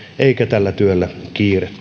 tällä työllä kiirettä